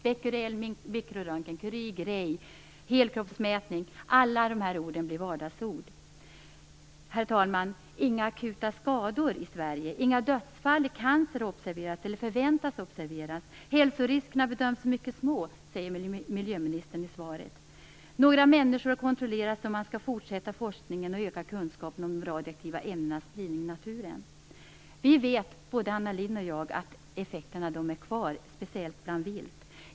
Becquerel, mikroröntgen, curie, gray, helkroppsmätning - alla dessa ord blev vardagsord. Herr talman! Inga akuta skador uppstod i Sverige. Inga dödsfall i cancer har observerats eller förväntas observeras. Hälsoriskerna bedöms som mycket små. Så säger miljöministern i svaret. Några människor har kontrollerats, och man skall fortsätta forskningen och öka kunskapen om de radioaktiva ämnenas spridning i naturen. Vi vet, både Anna Lindh och jag, att effekterna är kvar, speciellt bland vilt.